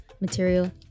material